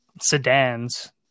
sedans